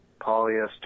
Polyester